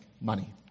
money